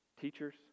teachers